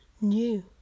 new